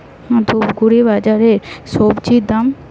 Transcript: ধূপগুড়ি বাজারের স্বজি দাম?